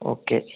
okay